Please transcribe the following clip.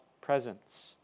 presence